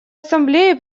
ассамблеи